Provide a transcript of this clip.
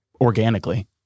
organically